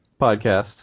podcast